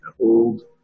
old